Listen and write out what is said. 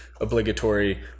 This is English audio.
obligatory